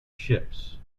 ships